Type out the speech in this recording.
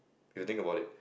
if you think about it